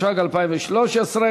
התשע"ג 2013,